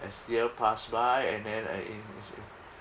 as year pass by and then uh in in